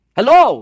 Hello